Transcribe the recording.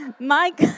Mike